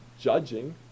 judging